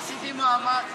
עשיתי מאמץ,